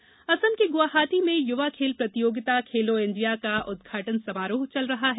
खेलो India Assam के गुवाहाटी में युवा खेल प्रतियोगिता खेलो इंडिया का उद्घाटन समारोह चल रहा है